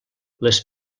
les